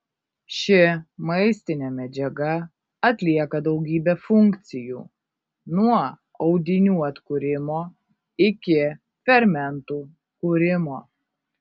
ši maistinė medžiaga atlieka daugybę funkcijų nuo audinių atkūrimo iki fermentų kūrimo